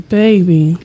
baby